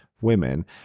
women